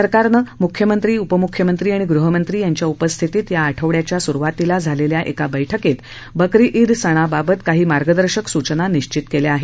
सरकारनं मुख्यमंत्री उपमुख्यमंत्री आणि गृहमंत्री यांच्या उपस्थितीत या आठवड्याच्या सुरूवातीला झालेल्या एका बैठकीत बकरी ईद सणाबाबत काही मार्गदर्शक सूचना निश्वित केल्या आहेत